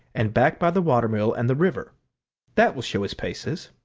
and back by the watermill and the river that will show his paces.